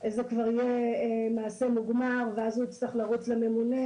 זה כבר יהיה מעשה מוגמר ואז הוא יצטרך לרוץ לממונה